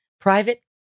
Private